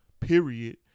period